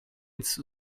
its